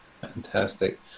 Fantastic